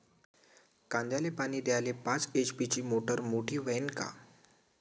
कांद्याले पानी द्याले पाच एच.पी ची मोटार मोटी व्हईन का?